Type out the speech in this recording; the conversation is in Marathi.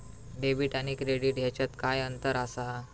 डेबिट आणि क्रेडिट ह्याच्यात काय अंतर असा?